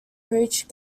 preached